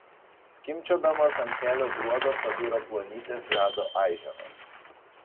skimbčiodamos ant kelio gruodo pabiro plonytės ledo aiženos